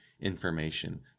information